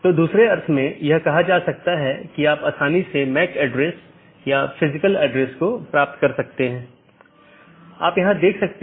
अब ऑटॉनमस सिस्टमों के बीच के लिए हमारे पास EBGP नामक प्रोटोकॉल है या ऑटॉनमस सिस्टमों के अन्दर के लिए हमारे पास IBGP प्रोटोकॉल है अब हम कुछ घटकों को देखें